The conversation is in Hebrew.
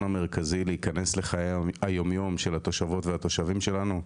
המרכזי להיכנס לחיי היום יום של התושבות ושל התושבים שלנו,